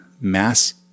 mass